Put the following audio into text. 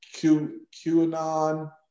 QAnon